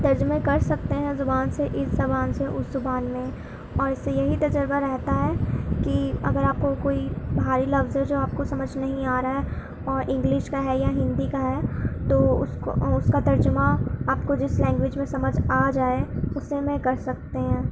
ترجمے کر سکتے ہیں زبان سے اس زبان سے اس زبان میں اور اس سے یہی تجربہ رہتا ہے کہ اگر آپ کو کوئی بھاری لفظ ہے جو آپ کو سمجھ نہیں آ رہا ہے اور انگلش کا ہے یا ہندی کا ہے تو اس کو اس کا ترجمہ آپ کو جس لینگویج میں سمجھ آ جائے اسے میں کر سکتے ہیں